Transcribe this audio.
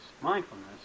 mindfulness